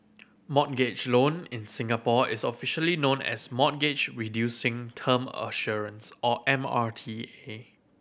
mortgage loan in Singapore is officially known as Mortgage Reducing Term Assurance or M R T A